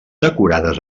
decorades